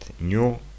new